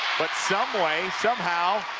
but some way, some how,